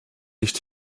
nicht